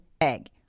egg